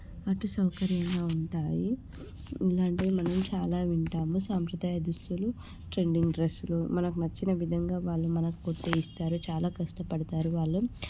అటు సౌకర్యంగా ఉంటాయి ఇలాంటివి మనం చాలా వింటాము సంప్రదాయ దుస్తులు ట్రెండింగ్ డ్రెస్సులు మనకు నచ్చిన విధంగా వాళ్ళు మనకు కుట్టి ఇస్తారు చాలా కష్టపడతారు వాళ్ళు